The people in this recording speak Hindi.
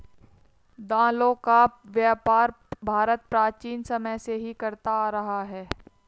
दालों का व्यापार भारत प्राचीन समय से ही करता आ रहा है